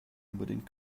unbedingt